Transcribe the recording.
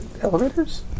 Elevators